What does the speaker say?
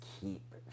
keep